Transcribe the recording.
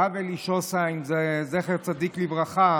הרב אלי שוסהיים, זכר צדיק לברכה,